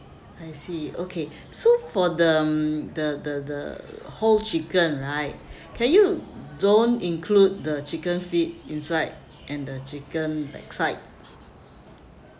I see okay so for the um the the the whole chicken right can you don't include the chicken feet inside and the chicken backside